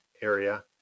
area